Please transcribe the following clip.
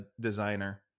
designer